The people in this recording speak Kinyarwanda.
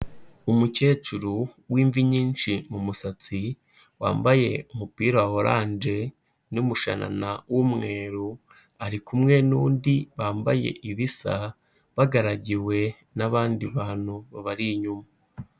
Umukecuru w'imvi nyinshi mu musatsi, wambaye umupira wa orange n'umushanana w'umweru, ari kumwe n'undi bambaye ibisa; bagaragiwe n'abandi bantu babari inyuma.